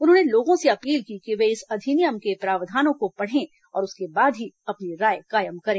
उन्होंने लोगों से अपील की कि वे इस अधिनियम के प्रावधानों को पढ़ें और उसके बाद ही अपनी राय कायम करें